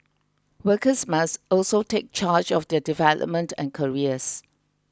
workers must also take charge of their development and careers